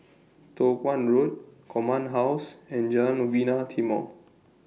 Toh Guan Road Command House and Jalan Novena Timor